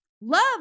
Love